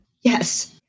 Yes